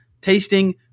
tasting